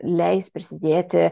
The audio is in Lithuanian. leis prisidėti